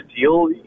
deal